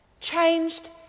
Changed